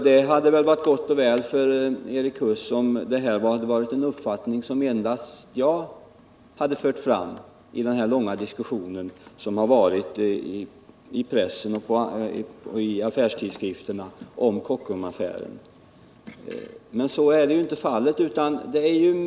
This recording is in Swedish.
Det hade varit gott och väl för Erik Huss om detta varit en uppfattning som endast jag hade fört fram i den långa diskussion som varit i pressen och i affärstidskrifterna om Kockumsaffären. Men så är icke fallet.